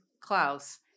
Klaus